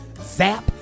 zap